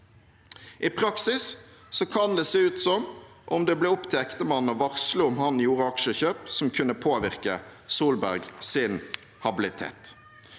I praksis kan det se ut som det blir opp til ektemannen å varsle om han gjorde aksjekjøp som kunne påvirke Solbergs habilitet.